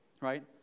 Right